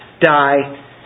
die